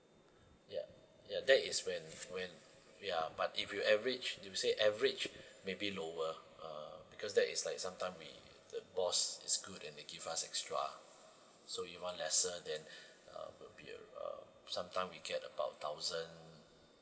ya ya that is when when we are but if you average you say average maybe lower uh because that is like sometime we the boss is good that they give us extra so you want lesser then uh will be around sometime we get about thousand